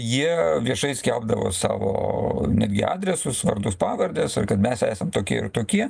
jie viešai skelbdavo savo netgi adresus vardus pavardes ir kad mes esam tokie ir tokie